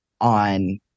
on